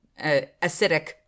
acidic